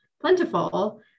plentiful